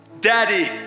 Daddy